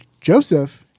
Joseph